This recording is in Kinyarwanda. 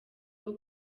rwo